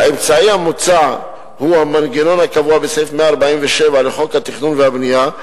האמצעי המוצע הוא המנגנון הקבוע בסעיף 147 לחוק התכנון והבנייה,